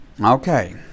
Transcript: Okay